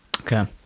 Okay